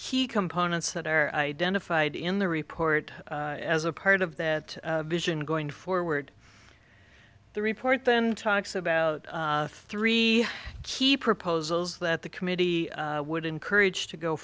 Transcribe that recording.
key components that are identified in the report as a part of that vision going forward the report then talks about three key proposals that the committee would encourage to go